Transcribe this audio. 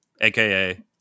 AKA